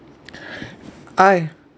I